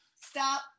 Stop